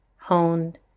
honed